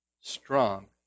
Strong